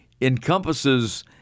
encompasses